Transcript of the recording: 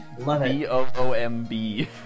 B-O-O-M-B